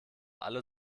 alle